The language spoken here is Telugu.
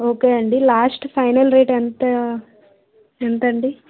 ఓకే అండి లాస్ట్ ఫైనల్ రేటు ఎంత ఎంత అండి